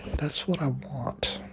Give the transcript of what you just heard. that's what i want